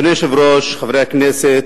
אדוני היושב-ראש, חברי הכנסת,